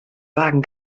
wagen